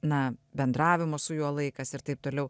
na bendravimo su juo laikas ir taip toliau